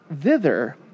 thither